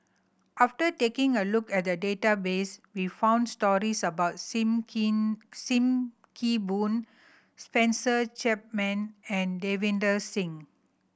after taking a look at the database we found stories about Sim Keen Sim Kee Boon Spencer Chapman and Davinder Singh